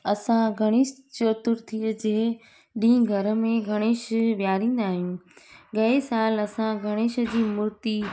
असां गणेश चतुर्थीअ जे ॾींहुं घर में गणेश विहारींदा आहियूं गए साल असां गणेश जी मूर्ती